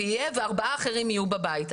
ישב כאן וארבעה אחרים יהיו בבית.